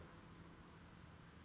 if you had three wishes